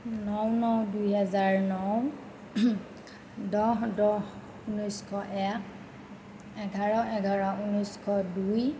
ন ন দুহেজাৰ ন দহ দহ ঊনৈছশ এক এঘাৰ এঘাৰ ঊনৈছশ দুই